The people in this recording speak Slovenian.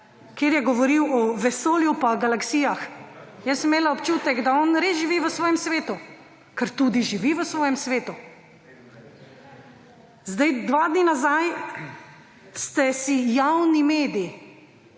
kjer je govoril o veselju pa galaksijah. Jaz sem imela občutek, da on res živi v svojem svetu, ker tudi živi v svojem svetu. Dva dni nazaj ste si popolnoma